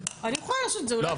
אני יכולה לעשות את זה אולי --- לא,